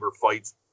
fights